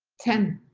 ten